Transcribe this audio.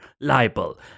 libel